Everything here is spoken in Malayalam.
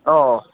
ഓ ഓ